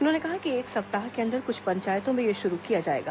उन्होंने कहा कि एक सप्ताह के अंदर कुछ पंचायतों में यह शुरू किया जाएगा